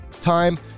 time